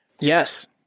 Yes